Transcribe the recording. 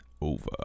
over